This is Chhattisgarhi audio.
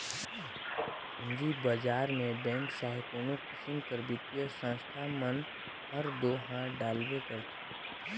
पूंजी बजार में बेंक चहे कोनो किसिम कर बित्तीय संस्था मन हर दो हांथ डालबे करथे